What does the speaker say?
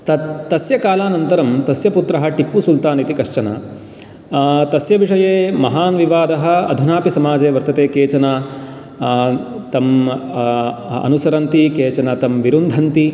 तत् तस्य कालानन्तरं तस्य पुत्रः टिप्पुसुल्तान् इति कश्चन तस्य विषये महान् विवादः अधुनापि समाजे वर्तते केचन तम् अनुसरन्ति केचन तं विरुन्धन्ति